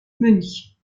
münch